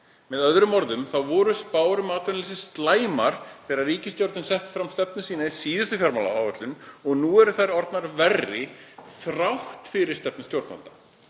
Með öðrum orðum voru spár um atvinnuleysi slæmar þegar ríkisstjórnin setti fram stefnu sína í síðustu fjármálaáætlun og nú eru þær orðnar verri þrátt fyrir stefnu stjórnvalda.